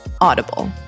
Audible